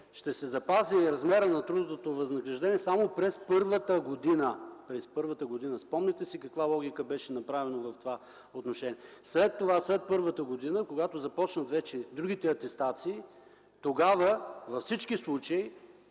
ще се запази размерът на трудовото възнаграждение само през първата година. Спомняте си каква логика имаше в това отношение. След това, след първата година, когато вече започнат другите атестации, тогава във всички случаи,